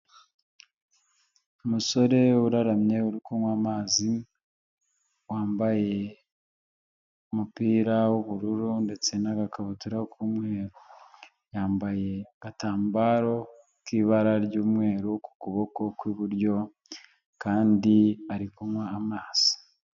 Umusore uraramye uru kunywa amazi wambaye umupira w'ubururu ndetse n'agakabutura k'umweru, yambaye agatambaro k'ibara ry'umweru ku kuboko kw'iburyo kandi ari kunywa amazi.